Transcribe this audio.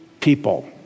people